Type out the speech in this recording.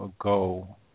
ago